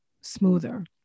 smoother